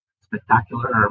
Spectacular